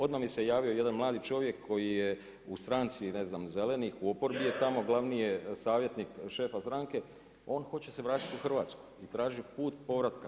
Odmah mi se javio jedan mladi čovjek koji je u stranci ne znam Zeleni, u oporbi je tamo, glavni je savjetnik šefa stranke, on hoće se vratiti u Hrvatsku i traži put povratka.